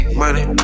money